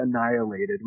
annihilated